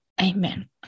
Amen